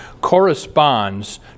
corresponds